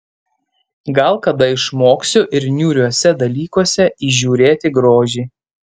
gal kada išmoksiu ir niūriuose dalykuose įžiūrėti grožį